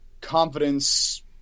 confidence